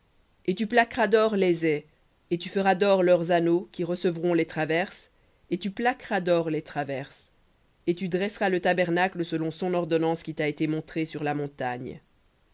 et tu plaqueras d'or les ais et tu feras d'or leurs anneaux qui recevront les traverses et tu plaqueras d'or les traverses et tu dresseras le tabernacle selon son ordonnance qui t'a été montrée sur la montagne